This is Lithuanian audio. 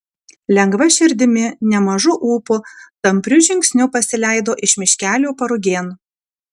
lengva širdimi nemažu ūpu tampriu žingsniu pasileido iš miškelio parugėn